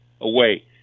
away